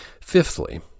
Fifthly